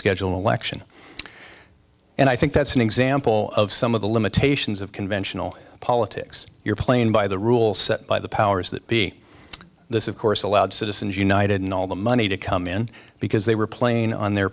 scheduled election and i think that's an example of some of the limitations of conventional politics you're playing by the rules set by the powers that be this of course allowed citizens united and all the money to come in because they were playing on their